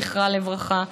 זכרה לברכה,